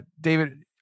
David